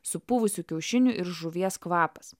supuvusių kiaušinių ir žuvies kvapas